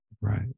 Right